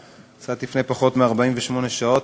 קצת לפני פחות מ־48 שעות,